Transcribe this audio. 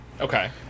Okay